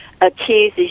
accuses